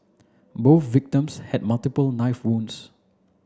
both victims had multiple knife wounds